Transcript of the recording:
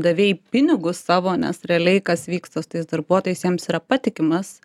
davei pinigus savo nes realiai kas vyksta su tais darbuotojais jiems yra patikimas